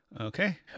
Okay